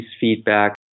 feedback